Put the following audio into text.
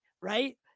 right